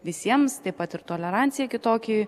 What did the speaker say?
visiems taip pat ir tolerancija kitokiai